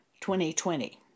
2020